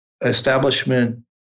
establishment